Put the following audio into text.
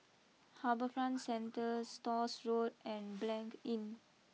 HarbourFront Centre Stores Road and Blanc Inn